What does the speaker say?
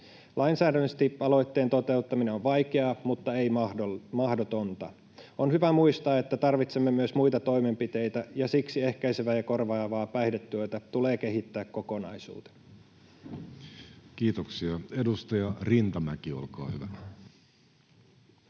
Lainsäädännöllisesti aloitteen toteuttaminen on vaikeaa mutta ei mahdotonta. On hyvä muistaa, että tarvitsemme myös muita toimenpiteitä, ja siksi ehkäisevää ja korjaavaa päihdetyötä tulee kehittää kokonaisuutena. Kiitoksia. — Edustaja Rintamäki, olkaa hyvä.